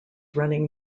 running